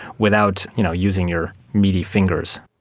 without you know using your meaty fingers.